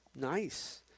Nice